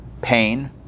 pain